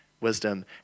wisdom